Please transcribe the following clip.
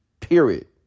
Period